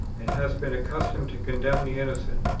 and hast been accustomed to con demn the innocent,